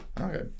Okay